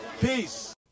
peace